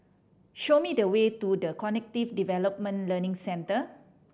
show me the way to The Cognitive Development Learning Centre